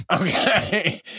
Okay